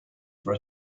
for